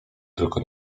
tylko